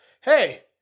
hey